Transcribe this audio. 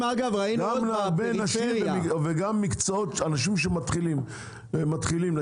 הרבה נשים וגם אנשים שמתחילים.